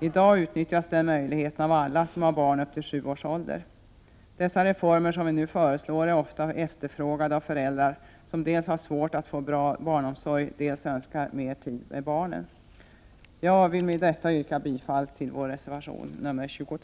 I dag utnyttjas den möjligheten av alla som har barn upp till sju års ålder. De reformer som vi nu föreslår efterfrågas ofta av föräldrar som dels har svårt att få bra barnomsorg, dels önskar få mera tid med barnen. Med detta yrkar jag bifall till vår reservation nr 22.